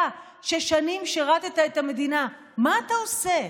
אתה, ששנים שירת את המדינה, מה אתה עושה?